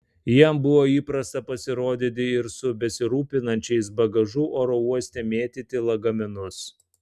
jam buvo įprasta pasirodyti ir su besirūpinančiais bagažu oro uoste mėtyti lagaminus